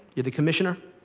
you're the commissioner.